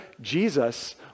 Jesus